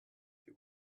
they